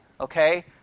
okay